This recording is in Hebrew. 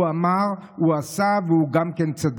הוא אמר, הוא עשה, והוא גם צדק.